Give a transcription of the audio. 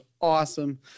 awesome